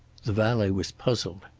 the valet was puzzled.